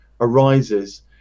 arises